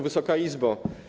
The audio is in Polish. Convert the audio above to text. Wysoka Izbo!